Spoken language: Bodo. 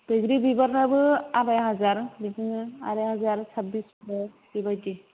बैग्रि बिबारनाबो आराय हाजार बिदिनो आराय हाजार साबबिसस' बेबायदि